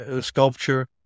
sculpture